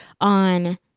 on